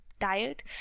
diet